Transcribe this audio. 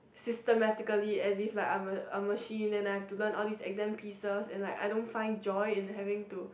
systemically as if like I'm a a machine and I have to learn all these exam pieces and like I don't find joy in having to